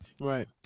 Right